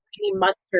mustard